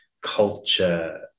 culture